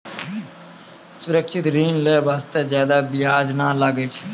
सुरक्षित ऋण लै बास्ते जादा बियाज नै लागै छै